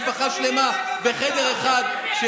משפחה שלמה בחדר אחד?